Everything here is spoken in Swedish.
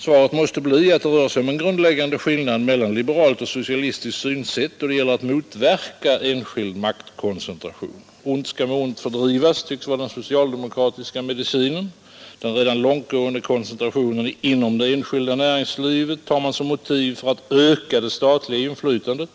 Svaret måste bli att det rör sig om en grundläggande skillnad mellan 172 liberalt och socialistiskt synsätt då det gäller att motverka enskild maktkoncentration. ”Ont skall med ont fördrivas” tycks vara den socialdemokratiska medicinen. Den redan långtgående koncentrationen inom det enskilda näringslivet tar man som motiv för att öka det statliga inflytandet,